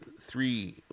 three